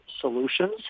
solutions